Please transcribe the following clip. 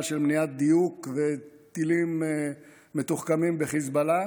של מניעת דיוק וטילים מתוחכמים בחיזבאללה,